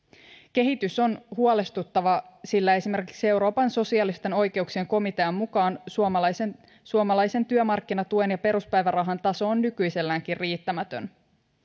kehitys on huolestuttavaa sillä esimerkiksi euroopan sosiaalisten oikeuksien komitean mukaan suomalaisen suomalaisen työmarkkinatuen ja peruspäivärahan taso on nykyiselläänkin riittämätön